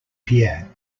pierre